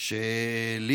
שלי